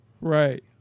Right